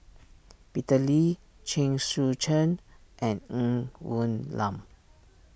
Peter Lee Chen Sucheng and Ng Woon Lam